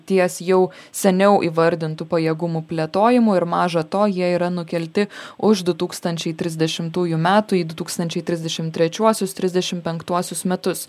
ties jau seniau įvardintų pajėgumų plėtojimu ir maža to jie yra nukelti už du tūkstančiai trisdešimtųjų metų į du tūkstančiai trisdešim trečiuosius trisdešim penktuosius metus